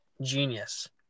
genius